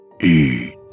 Eat